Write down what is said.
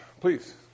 Please